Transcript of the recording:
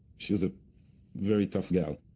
she was a very tough gal.